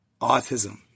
Autism